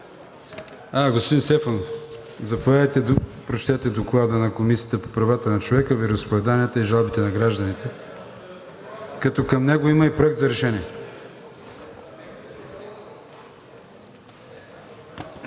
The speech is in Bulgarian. Господин Стефанов, заповядайте да прочетете Доклада на Комисията по правата на човека, вероизповеданията и жалбите на гражданите, като към него има и Проект за решение.